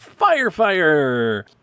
Firefire